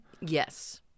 Yes